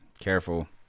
Careful